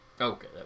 Okay